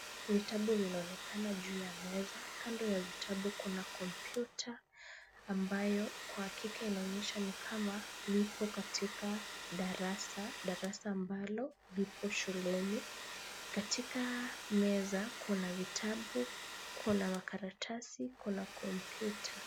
Vitabu vinaonekana juu ya meza, kando ya vitabu kuna kompyuta ambayo kwa hakika inaonyesha ni kama vipo katika darasa, darasa ambalo lipo shuleni. Katika meza kuna vitabu, kuna makaratasi, kuna kompyuta.